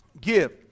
Give